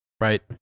Right